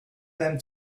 them